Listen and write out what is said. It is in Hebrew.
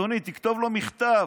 אדוני, תכתוב לו מכתב.